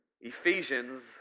Ephesians